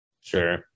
Sure